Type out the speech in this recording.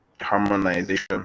harmonization